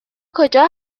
کجا